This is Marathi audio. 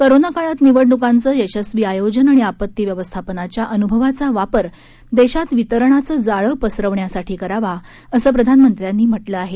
कोरोना काळात निवडणुकांचं यशस्वी आयोजन आणि आपत्ती व्यवस्थापनाच्या अनुभवाचा वापर देशात वितरणाचं जाळं पसरवण्यासाठी करावा असं प्रधानमंत्र्यांनी म्हटलं आहे